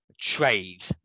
trade